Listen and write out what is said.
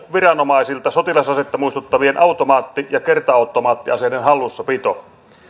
viranomaisilta sotilasasetta muistuttavien automaatti ja kerta automaattiaseiden hallussapito